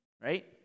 right